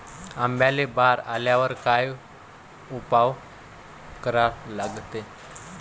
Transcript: आंब्याले बार आल्यावर काय उपाव करा लागते?